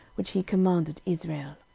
which he commanded israel